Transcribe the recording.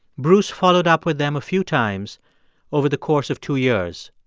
bruce followed up with them a few times over the course of two years.